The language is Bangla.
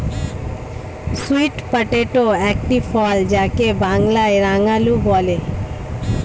সুইট পটেটো একটি ফল যাকে বাংলায় রাঙালু বলে